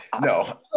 No